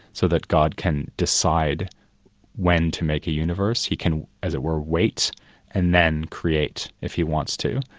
so that god can decide when to make a universe. he can, as it were, wait and then create if he wants to.